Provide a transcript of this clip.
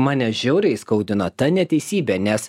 mane žiauriai skaudino ta neteisybė nes